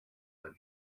that